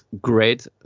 great